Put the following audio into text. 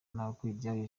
ntawukuriryayo